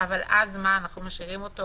אבל אז אנחנו משאירים אותו